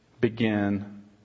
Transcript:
begin